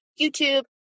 YouTube